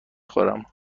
خورم